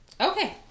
Okay